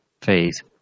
phase